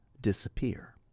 disappear